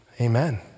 Amen